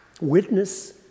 witness